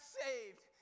saved